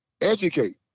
educate